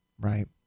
Right